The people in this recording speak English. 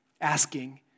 asking